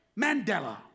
Mandela